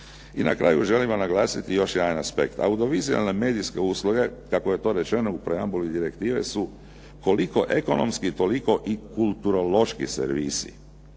I na kraju želimo naglasiti još jedan aspekt. Audiovizialne medijske usluge kako je to rečeno u preambuli direktive su koliko ekonomski toliko i kulturološki servisi.